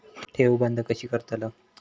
ठेव बंद कशी करतलव?